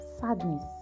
sadness